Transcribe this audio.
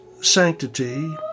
sanctity